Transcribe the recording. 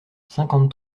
cinquante